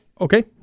Okay